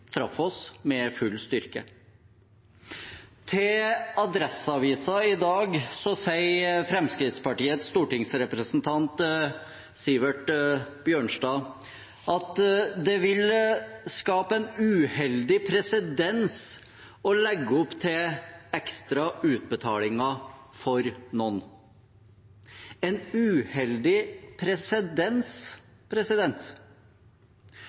med full styrke. Til Adresseavisen i dag sier stortingsrepresentant Sivert Bjørnstad fra Fremskrittspartiet at det vil skape en uheldig presedens å legge opp til ekstra utbetalinger for noen. En uheldig presedens